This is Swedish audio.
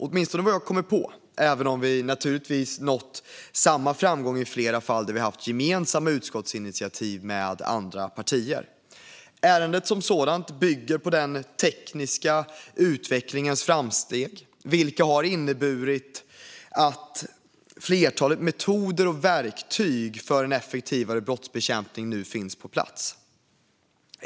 Åtminstone vad jag kommer på, även om vi naturligtvis nått samma framgång i flera fall där vi haft gemensamma utskottsinitiativ med andra partier. Ärendet som sådant bygger på den tekniska utvecklingens framsteg, vilka har inneburit att flertalet metoder och verktyg för en effektivare brottsbekämpning nu finns på plats.